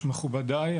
מכובדי,